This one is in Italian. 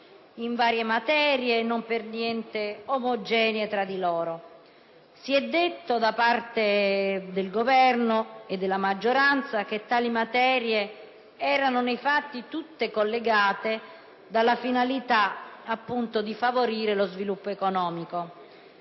in varie materie, per niente omogenee tra di loro. Si è detto da parte del Governo e della maggioranza che tali materie erano nei fatti tutte collegate dalla finalità di favorire lo sviluppo economico,